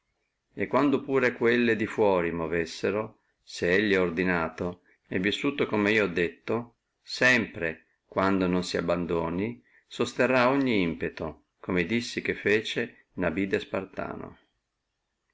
e quando pure quelle di fuora movessino selli è ordinato e vissuto come ho detto quando non si abbandoni sempre sosterrà ogni impeto come io dissi che fece nabide spartano